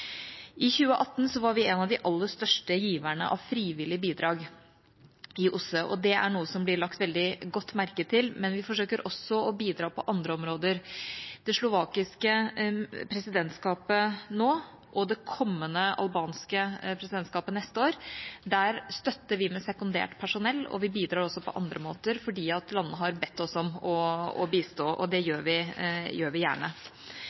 I 2018 var vi en av de aller største giverne av frivillige bidrag i OSSE. Det er noe som blir lagt veldig godt merke til, men vi forsøker også å bidra på andre områder. Det slovakiske presidentskapet nå og det kommende albanske presidentskapet neste år støtter vi med sekundært personell, og vi bidrar også på andre måter fordi landene har bedt oss om å bistå. Det gjør vi gjerne.